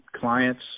clients